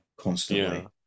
constantly